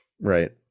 Right